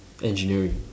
engineering